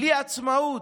בלי עצמאות,